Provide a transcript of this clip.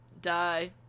die